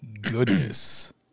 goodness